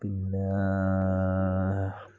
പിന്നെ